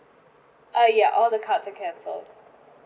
uh ya all the cards are cancelled